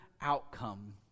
outcome